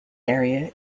area